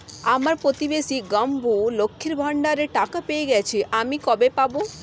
আমার প্রতিবেশী গাঙ্মু, লক্ষ্মীর ভান্ডারের টাকা পেয়ে গেছে, আমি কবে পাব?